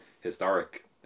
historic